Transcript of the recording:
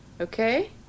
Okay